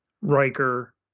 Riker